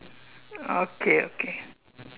okay okay